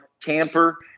Tamper